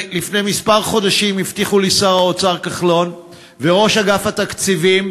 לפני כמה חודשים הבטיחו לי שר האוצר כחלון וראש אגף התקציבים